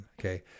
okay